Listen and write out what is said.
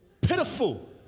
Pitiful